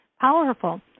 powerful